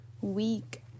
week